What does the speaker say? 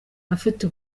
ufite